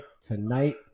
tonight